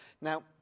Now